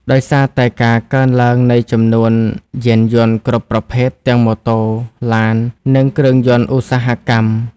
ដោយសារតែការកើនឡើងនៃចំនួនយានយន្តគ្រប់ប្រភេទទាំងម៉ូតូ ឡាន និងគ្រឿងយន្តឧស្សាហកម្ម។